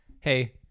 hey